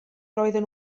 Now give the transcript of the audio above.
roedden